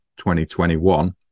2021